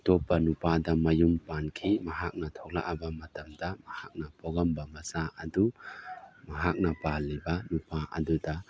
ꯑꯇꯣꯞꯄ ꯅꯨꯄꯥꯗ ꯃꯌꯨꯝ ꯄꯥꯟꯈꯤ ꯃꯍꯥꯛ ꯊꯣꯛꯂꯛꯂꯕ ꯃꯇꯝꯗ ꯃꯍꯥꯛꯅ ꯄꯣꯛꯂꯝꯕ ꯃꯆꯥ ꯑꯗꯨ ꯃꯍꯥꯛꯅ ꯄꯥꯟꯂꯤꯕ ꯅꯨꯄꯥ ꯑꯗꯨꯗ